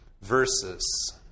verses